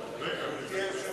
רגע, גברתי היושבת-ראש,